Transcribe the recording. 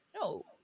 No